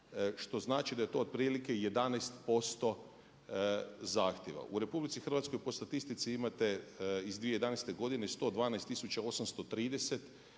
što znači da je to otprilike 11% zahtjeva. U RH po statistici imate iz 2011. godine 112830